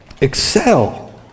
Excel